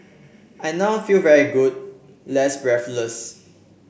I now feel very good less breathless